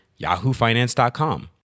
yahoofinance.com